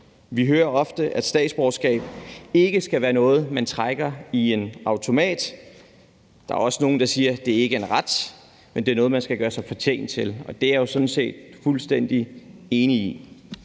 Vi hører ofte, at statsborgerskab ikke skal være noget, man trækker i en automat. Der er også nogle, der siger, at det ikke er en ret, men at det er noget, man skal gøre sig fortjent til, og det er jeg jo sådan set fuldstændig enig i.